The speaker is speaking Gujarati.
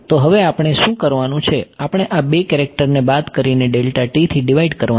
તો હવે આપણે શું કરવાનું છે આપણે આ બે કેરેક્ટરને બાદ કરીને થી ડીવાઈડ કરવાના છે